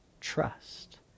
trust